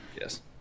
Yes